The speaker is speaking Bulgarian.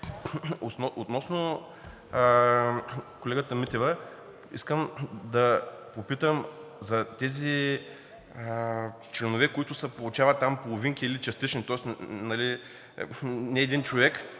Относно колегата Митева искам да попитам за тези членове, които се получават като половинки или са частични, тоест не е един човек